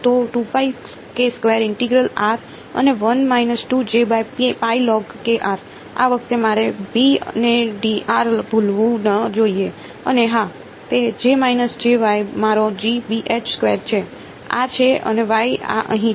તો integral r અને આ વખતે મારે b ને ભૂલવું ન જોઈએ અને હા તે મારો G છે આ છે અને આ અહીં છે